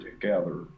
together